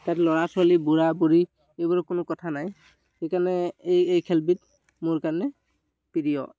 তাত ল'ৰা ছোৱালী বুঢ়া বুঢ়ী এইবোৰৰ কোনো কথা নাই সেইকাৰণে এই এই খেলবিধ মোৰ কাৰণে প্ৰিয়